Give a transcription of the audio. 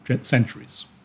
centuries